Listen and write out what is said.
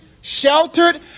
sheltered